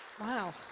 Wow